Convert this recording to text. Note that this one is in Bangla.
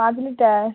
পাঁচ লিটার